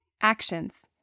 Actions